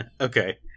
okay